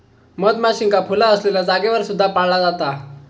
मधमाशींका फुला असलेल्या जागेवर सुद्धा पाळला जाता